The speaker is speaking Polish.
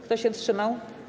Kto się wstrzymał?